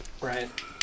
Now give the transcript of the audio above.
Right